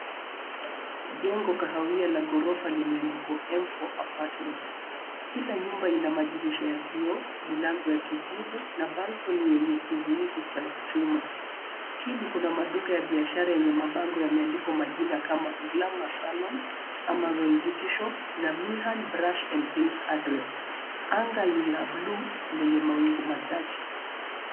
Jengo kahawia la gorofa limeandikwa M4 Apartment . Kila nyumba ina madirisha ya kioo, milango ya kijivu, na balcony yenye kizuizi cha chuma. Chini kuna maduka ya biashara yenye mabango yameandikwa majina kama, Glamour Salon , Amazon Beauty Shop , na Mihan Brush and Paints Hardware . Anga ni la buluu lenye mawingu machache.